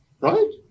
Right